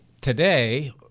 today